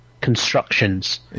constructions